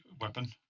weapon